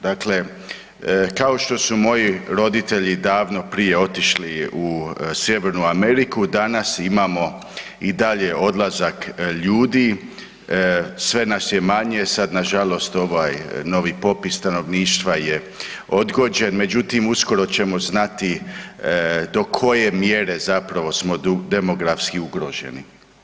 Dakle, kao što su moji roditelji davno prije otišli u Sjevernu Ameriku, danas imamo i dalje odlazak ljudi, sve nas je manje, sad nažalost ovaj novi popis stanovništva je odgođen, međutim uskoro ćemo znati do koje mjere zapravo smo demografski ugroženi.